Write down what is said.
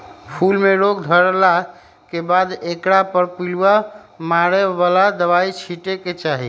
फूल में रोग धरला के बाद एकरा पर पिलुआ मारे बला दवाइ छिटे के चाही